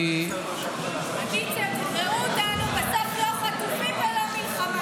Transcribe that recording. בסוף לא חטופים ולא מלחמה.